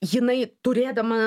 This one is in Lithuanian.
jinai turėdama